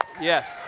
Yes